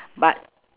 but